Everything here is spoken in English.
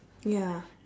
ya